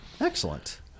Excellent